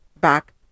back